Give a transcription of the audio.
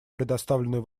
предоставленную